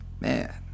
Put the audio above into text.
Man